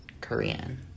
Korean